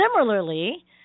Similarly